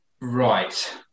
right